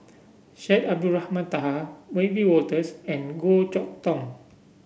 Syed Abdulrahman Taha Wiebe Wolters and Goh Chok Tong